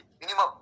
Minimum